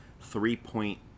three-point